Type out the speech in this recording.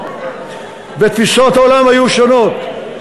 ותפיסות העולם היו שונות.